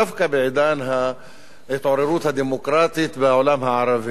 דווקא בעידן ההתעוררות הדמוקרטית בעולם הערבי,